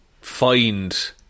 find